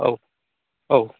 औ औ